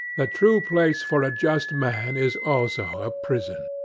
the true place for a just man is also a prison.